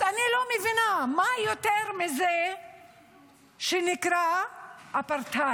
אז אני לא מבינה מה יותר מזה שנקרא "אפרטהייד".